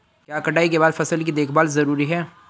क्या कटाई के बाद फसल की देखभाल जरूरी है?